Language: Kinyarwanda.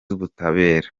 ubutabera